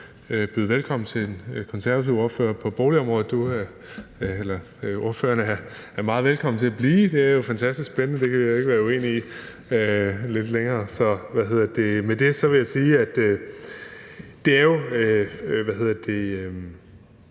byde velkommen til den konservative ordfører på boligområdet – ordføreren er meget velkommen til at blive lidt længere; det er jo fantastisk spændende, det kan jeg ikke være uenig i. Med det vil jeg sige, at det jo